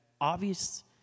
obvious